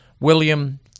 William